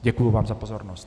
Děkuji vám za pozornost.